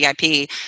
VIP